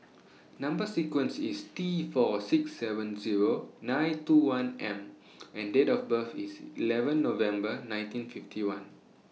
Number sequence IS T four six seven Zero nine two one M and Date of birth IS eleven November nineteen fifty one